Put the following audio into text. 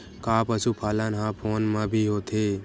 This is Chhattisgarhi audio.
का पशुपालन ह फोन म भी होथे?